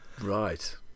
right